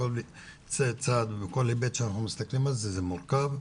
מכל צד ומכל היבט שאנחנו מסתכלים על זה זה מורכב,